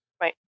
Right